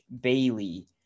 Bailey